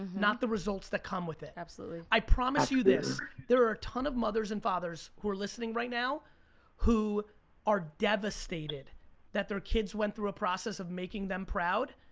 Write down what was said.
not the results that come with it. absolutely. i promise you this, there are a ton of mothers and fathers who are listening right now who are devastated that their kids went through a process of making them proud,